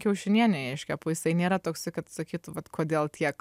kiaušinienę iškepu jisai nėra toksai kad sakytų vat kodėl tiek